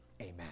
Amen